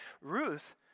Ruth